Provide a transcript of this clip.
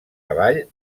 avall